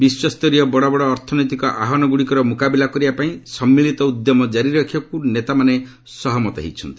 ବିଶ୍ୱସ୍ତରୀୟ ବଡ଼ ବଡ଼ ଅର୍ଥନୈତିକ ଆହ୍ୱାନଗୁଡ଼ିକର ମୁକାବିଲା କରିବାପାଇଁ ସମ୍ମିଳିତ ଉଦ୍ୟମ ଜାରି ରଖିବାକୁ ନେତାମାନେ ସହମତ ହୋଇଛନ୍ତି